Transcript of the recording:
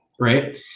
right